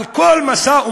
על כל משא-ומתן